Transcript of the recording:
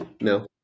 No